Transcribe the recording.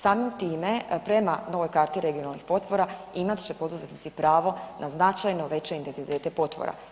Samim time, prema novoj karti regionalnih potpora, imat će poduzetnici pravo na značajno veće intenzitete potpora.